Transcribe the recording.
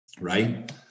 right